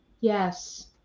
Yes